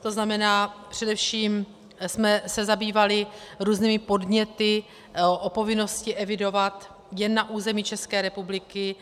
To znamená, především jsme se zabývali různými podněty o povinnosti evidovat jen na území České republiky.